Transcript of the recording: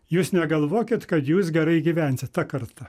jūs negalvokit kad jūs gerai gyvensit ta karta